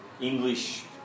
English